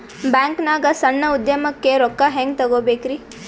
ಬ್ಯಾಂಕ್ನಾಗ ಸಣ್ಣ ಉದ್ಯಮಕ್ಕೆ ರೊಕ್ಕ ಹೆಂಗೆ ತಗೋಬೇಕ್ರಿ?